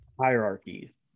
hierarchies